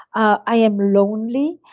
i am lonely,